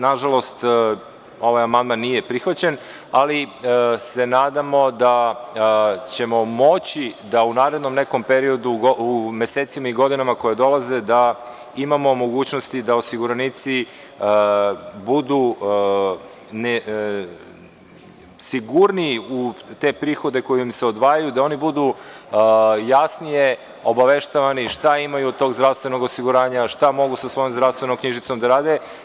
Nažalost, ovaj amandman nije prihvaćen, ali se nadamo da ćemo moći da u narednom periodu, u mesecima i godinama koje dolaze da imamo mogućnosti da osiguranici budu sigurniji u te prihode koji im se odvajaju, da oni budu jasnije obaveštavani šta imaju od tog zdravstvenog osiguranja, šta mogu sa svojom zdravstvenom knjižicom da rade.